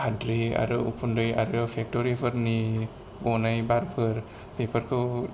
हाद्रि आरो उखुन्दै आरो फेक्टरि फोरनि गनाय बारफोर बेफोरखौ